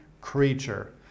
creature